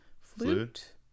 flute